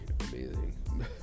amazing